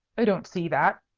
i don't see that,